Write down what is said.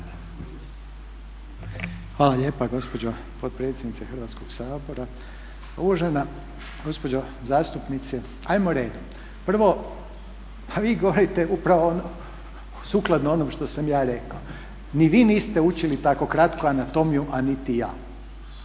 Hvala lijepa gospođo potpredsjednice Hrvatskog sabora. Uvažena gospođo zastupnice, ajmo redom, prvo vi govorite upravo sukladno onom što sam ja rekao, ni vi niste učili tako kratko anatomiju, a niti ja